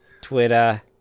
Twitter